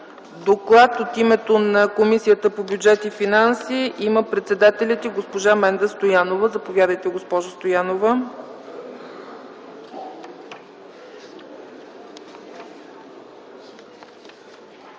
доклад от името на Комисията по бюджет и финанси има председателят й госпожа Менда Стоянова. Заповядайте, госпожо Стоянова.